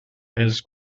els